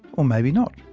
or maybe not.